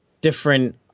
different